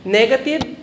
negative